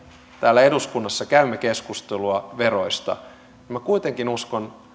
täällä eduskunnassa käymme keskustelua veroista niin minä kuitenkin uskon